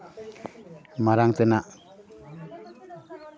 ᱢᱟᱲᱟᱝ ᱛᱮᱱᱟᱜ